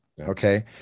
okay